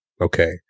okay